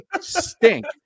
stink